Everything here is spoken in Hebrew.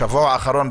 בשבוע האחרון,